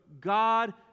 God